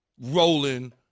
rolling